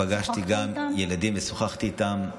פגשתי גם ילדים, ושוחחתי איתם.